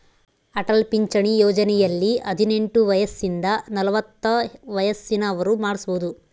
ಅಟಲ್ ಪಿಂಚಣಿ ಯೋಜನೆಯಲ್ಲಿ ಹದಿನೆಂಟು ವಯಸಿಂದ ನಲವತ್ತ ವಯಸ್ಸಿನ ಅವ್ರು ಮಾಡ್ಸಬೊದು